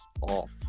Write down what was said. off